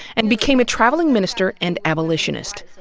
and became a traveling minister and abolitionist.